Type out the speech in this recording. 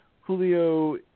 Julio